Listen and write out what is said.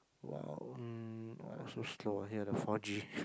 !wow! mm !wow! so slow ah here the four G